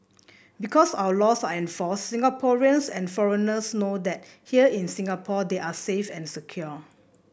because our laws are enforced Singaporeans and foreigners know that here in Singapore they are safe and secure